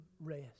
rest